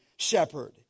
shepherd